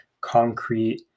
concrete